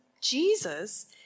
Jesus